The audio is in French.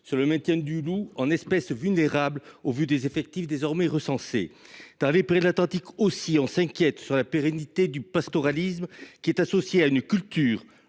du maintien du loup comme espèce vulnérable malgré les effectifs désormais recensés. Dans les Pyrénées Atlantiques aussi, on s’inquiète de la pérennité du pastoralisme qui est associé à une culture,